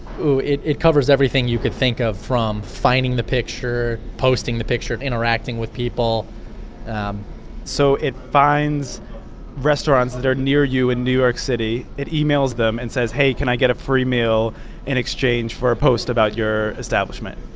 it it covers everything you can think of, from finding the picture, posting the picture, and interacting with people so it finds restaurants that are near you in new york city. it emails them and says, hey, can i get a free meal in exchange for a post about your establishment?